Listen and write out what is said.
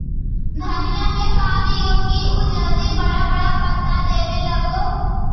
धनिया में का दियै कि उ जल्दी बड़ा बड़ा पता देवे लगै?